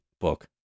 book